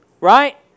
Right